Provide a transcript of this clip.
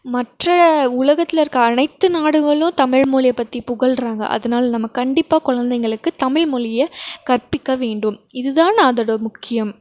மற்ற உலகத்தில் இருக்கற அனைத்து நாடுகளும் தமிழ் மொழிய பற்றி புகழ்றாங்க அதனால நம்ம கண்டிப்பாக கொழந்தைங்களுக்கு தமிழ் மொழிய கற்பிக்க வேண்டும் இதுதான் அதோடய முக்கியம்